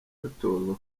batozwa